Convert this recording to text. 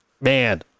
man